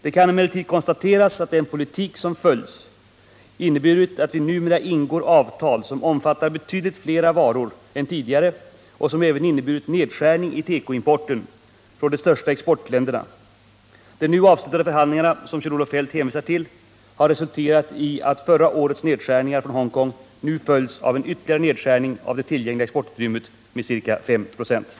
Det kan emellertid konstateras att den politik som följs inneburit att vi numera ingår avtal som omfattar betydligt fler varor än tidigare och även inneburit nedskärning i tekoimporten från de största exportländerna. De nu avslutade förhandlingarna, som Kjell-Olof Feldt hänvisar till, har resulterat i att förra årets nedskärningar från Hongkong nu följs av en ytterligare nedskärning av det tillgängliga exportutrymmet med ca 596.